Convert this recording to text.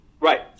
Right